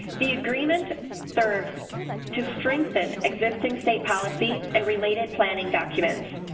the agreement serves to strengthen existing state policies and related planning documents.